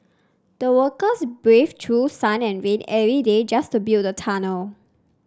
the workers braved through sun and rain every day just to build the tunnel